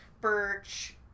birch